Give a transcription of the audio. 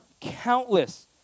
countless